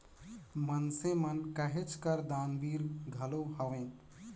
मइनसे मन कहेच कर दानबीर घलो हवें